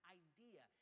idea